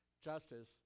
Justice